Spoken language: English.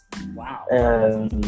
Wow